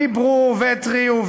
דיברו והתריעו.